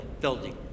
building